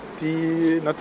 die